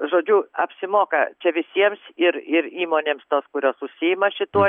žodžiu apsimoka čia visiems ir ir įmonėms tos kurios užsiima šituo